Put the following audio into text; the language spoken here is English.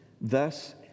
Thus